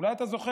אולי אתה זוכר,